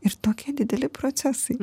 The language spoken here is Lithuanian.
ir tokie dideli procesai